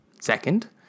Second